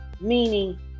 meaning